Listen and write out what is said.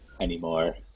anymore